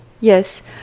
yes